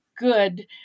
Good